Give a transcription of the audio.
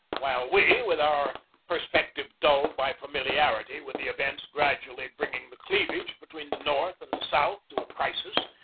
while we, with our perspective dulled by familiarity with the events gradually bringing the cleavage between the north and the south to a crisis,